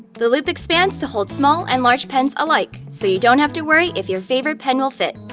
the loop expands to hold small and large pens alike, so you don't have to worry if your favorite pen will fit.